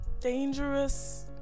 Dangerous